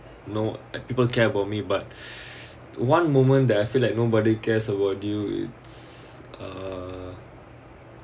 no people care about me but one moment that I feel like nobody cares about you it's uh